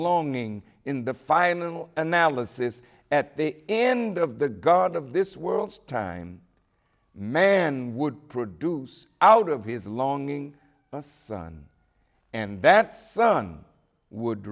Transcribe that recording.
longing in the final analysis at the end of the god of this world's time man would produce out of his longing son and that son would